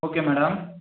okay madam